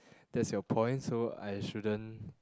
that's your point so I shouldn't